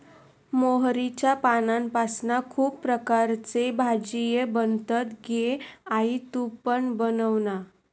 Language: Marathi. मोहरीच्या पानांपासना खुप प्रकारचे भाजीये बनतत गे आई तु पण बनवना